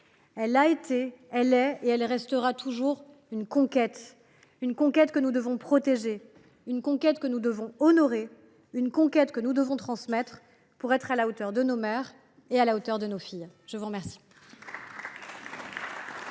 Elle a été, elle est et elle restera toujours une conquête, une conquête que nous devons protéger, une conquête que nous devons honorer, une conquête que nous devons transmettre, pour être à la hauteur de nos mères et de nos filles. La parole